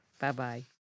Bye-bye